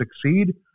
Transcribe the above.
succeed